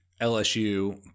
LSU